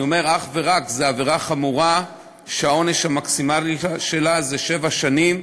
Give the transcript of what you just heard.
אני אומר "אך ורק" זו עבירה חמורה שהעונש המקסימלי עליה זה שבע שנים,